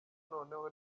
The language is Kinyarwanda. noneho